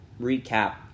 recap